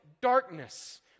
Darkness